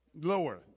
Lower